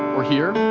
or here.